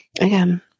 again